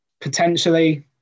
potentially